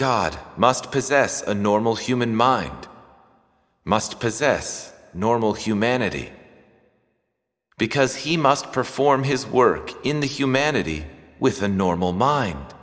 god must possess a normal human mind must possess normal humanity because he must perform his work in the humanity with a normal mind